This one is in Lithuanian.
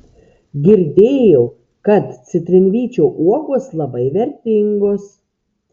girdėjau kad citrinvyčio uogos labai vertingos